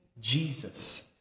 Jesus